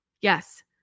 Yes